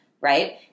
right